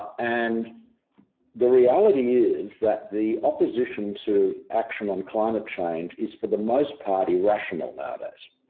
and the reality is that the opposition to action on climate change is for the most part irrational nowadays.